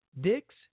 Dick's